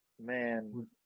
Man